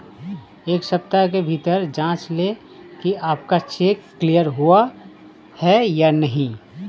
एक सप्ताह के भीतर जांच लें कि आपका चेक क्लियर हुआ है या नहीं